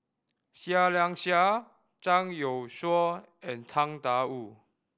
Seah Liang Seah Zhang Youshuo and Tang Da Wu